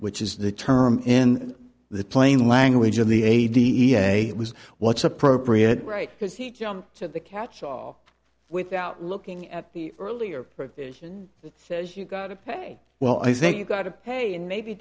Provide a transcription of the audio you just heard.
which is the term in the plain language of the a da was what's appropriate right because he jumped to the catchall without looking at the earlier provision that says you gotta pay well i think you got to pay and maybe